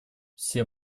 все